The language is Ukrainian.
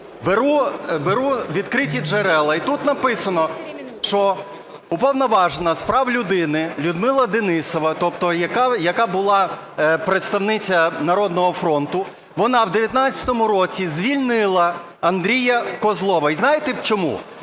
Беру відкриті джерела, і тут написано, що Уповноважена з прав людини Людмила Денісова, тобто яка була представниця "Народного фронту", вона в 2019 році звільнила Андрія Козлова. І знаєте чому?